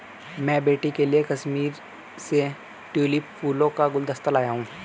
मैं बेटी के लिए कश्मीर से ट्यूलिप फूलों का गुलदस्ता लाया हुं